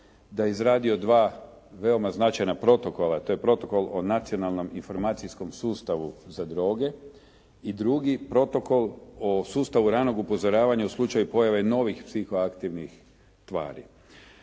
je izradio dva veoma značajna protokola, to je Protokol o nacionalnom informacijskom sustavu za droge, i drugi Protokol o sustavu ranog upozoravanja u slučaju pojave novih psiho aktivnih tvari.